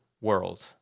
world